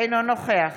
אינו נוכח